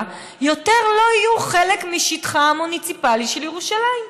לא יהיו עוד חלק משטחה המוניציפלי של ירושלים.